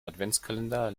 adventskalender